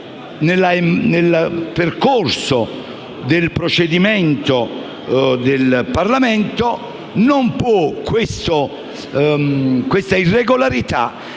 nel percorso del procedimento del Parlamento, questa irregolarità